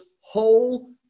whole